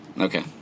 Okay